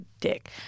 dick